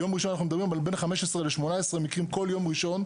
ביום ראשון אנחנו מדברים על בין 15 ל-18 מקרים כל יום ראשון.